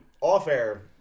off-air